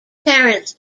parents